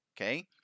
Okay